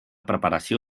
preparació